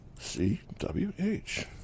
CWH